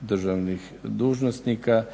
državnih dužnosnika.